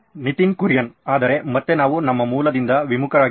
ನಿತಿನ್ ಕುರಿಯನ್ ಆದರೆ ಮತ್ತೆ ನಾವು ನಮ್ಮ ಮೂಲದಿಂದ ವಿಮುಖರಾಗಿದ್ದೇವೆ